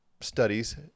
studies